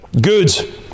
good